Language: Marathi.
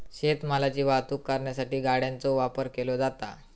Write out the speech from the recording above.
शेत मालाची वाहतूक करण्यासाठी गाड्यांचो वापर केलो जाता